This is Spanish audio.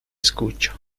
escucho